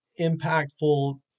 impactful